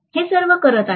हे सर्व करत आहे